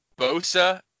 Bosa